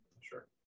sure